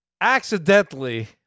accidentally